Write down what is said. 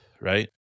Right